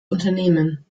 unternehmen